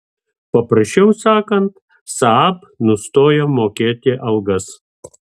paprasčiau sakant saab nustojo mokėti algas